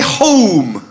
home